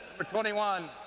for twenty one.